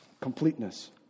Completeness